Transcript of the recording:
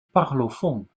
parlofoon